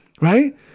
Right